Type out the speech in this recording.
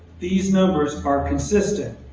these numbers are consistent.